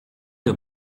des